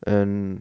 and